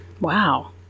Wow